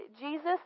Jesus